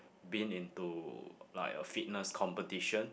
been into like a fitness competition